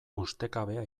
ustekabea